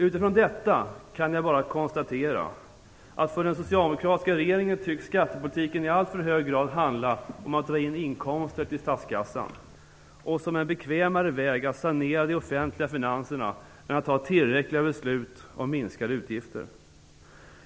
Utifrån detta kan jag bara konstatera att skattepolitiken för den socialdemokratiska regeringen i alltför hög grad tycks handla om att dra in inkomster till statskassan och ses som en bekvämare väg att sanera de offentliga finanserna än att fatta tillräckliga beslut om minskade utgifter.